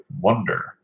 wonder